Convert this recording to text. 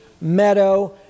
meadow